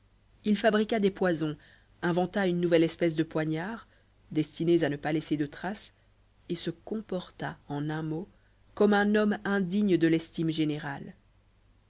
il fabriqua des poisons inventa une nouvelle espèce de poignards destinés à ne pas laisser de traces et se comporta en un mot comme un homme indigne de l'estime générale